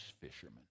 fisherman